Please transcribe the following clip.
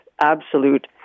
absolute